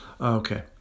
Okay